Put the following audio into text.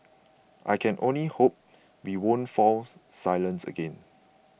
I can only hope we won't fall silent again